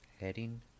Heading